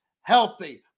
healthy